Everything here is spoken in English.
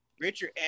Richard